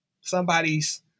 Somebody's